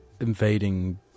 invading